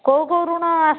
କେଉଁ କେଉଁ ଋଣ